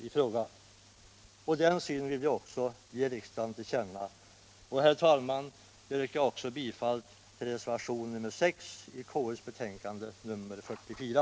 | Den synen på frågan vill vi också ge riksdagen till känna. Herr talman! Jag yrkar bifall till reservationen 6 vid konstitutions | utskottets betänkande nr 44.